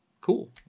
cool